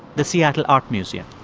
the seattle art museum.